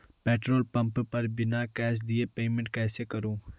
Petrol pump पर बिना cash दिए पेमेंट कैसे करूँ?